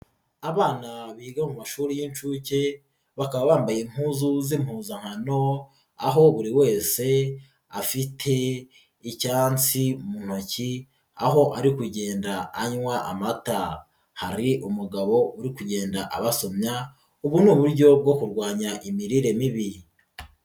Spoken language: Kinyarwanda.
Abana biga mu mashuri y'incuke, bakaba bambaye impuzu z'impuzankano, aho buri wese afite icyansi mu ntoki, aho ari kugenda anywa amata, hari umugabo uri kugenda abasomya, ubu ni uburyo bwo kurwanya imirire mibi.